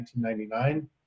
1999